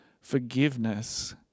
forgiveness